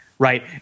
Right